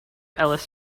ellis